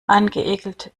angeekelt